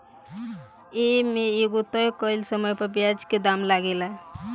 ए में एगो तय कइल समय पर ब्याज के दाम लागेला